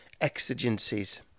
exigencies